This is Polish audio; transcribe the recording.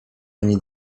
ani